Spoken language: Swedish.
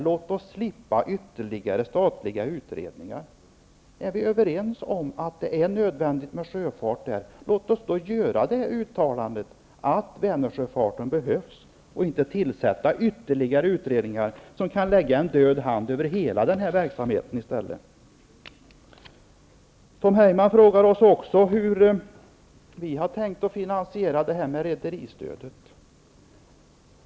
Låt oss slippa ytterligare statliga utredningar. Är vi överens om att det är nödvändigt med sjöfart inom detta området, låt oss då göra ett uttalande av den innebörden, men inte tillsätta ytterligare utredningar, som i stället skulle kunna lägga en död hand över hela denna verksamhet. Tom Heyman frågar oss också hur vi har tänkt finansiera rederistödet.